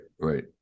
right